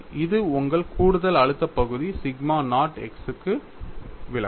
இது உங்கள் கூடுதல் அழுத்த பகுதி சிக்மா நாட் x க்கு விளக்கும்